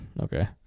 Okay